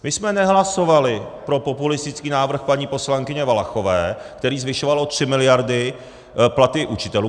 My jsme nehlasovali pro populistický návrh paní poslankyně Valachové, který zvyšoval o tři miliardy platy učitelů.